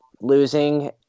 losing